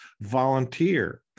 volunteer